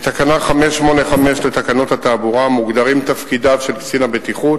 בתקנה 585 לתקנות התעבורה מוגדרים תפקידיו של קצין הבטיחות.